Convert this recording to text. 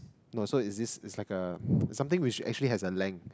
no so is this is like a something which you actually has a length